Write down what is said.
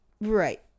right